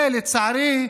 ולצערי,